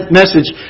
message